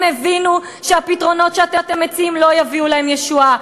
הם הבינו שהפתרונות שאתם מציעים לא יביאו להם ישועה,